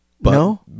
No